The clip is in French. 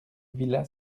villa